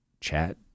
chat